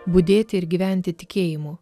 budėti ir gyventi tikėjimu